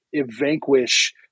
vanquish